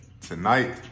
tonight